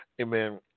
Amen